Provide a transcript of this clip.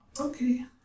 Okay